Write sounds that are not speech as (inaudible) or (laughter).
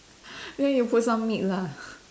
(breath) then you put some meat lah (breath)